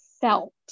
felt